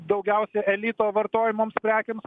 daugiausiai elito vartojamoms prekėms